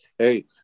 Hey